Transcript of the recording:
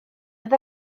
oedd